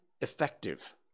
effective